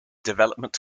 development